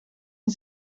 een